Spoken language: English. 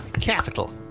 Capital